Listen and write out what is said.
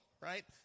right